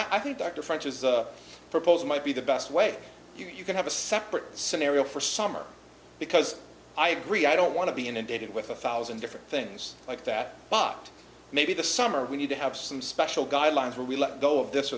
and i think dr french is a proposed might be the best way you could have a separate scenario for summer because i agree i don't want to be inundated with a thousand different things like that bucked maybe the summer we need to have some special guidelines where we let go of this